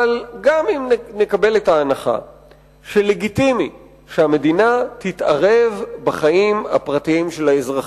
גם אם נקבל את ההנחה שלגיטימי שהמדינה תתערב בחיים הפרטיים של האזרחים,